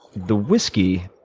the whiskey